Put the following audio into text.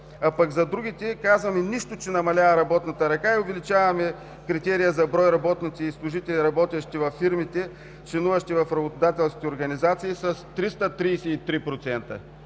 За другите пък казваме: нищо, че намалява работната ръка, и увеличаваме критерия за брой работници и служители, работещи във фирмите, членуващи в работодателските организации с 333%